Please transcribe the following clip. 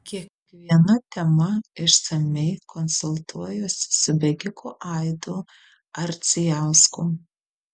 kiekviena tema išsamiai konsultuojuosi su bėgiku aidu ardzijausku